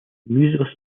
musical